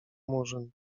murzyn